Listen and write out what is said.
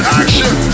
action